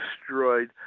destroyed